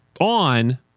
on